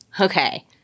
Okay